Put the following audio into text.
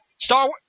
Star